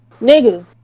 Nigga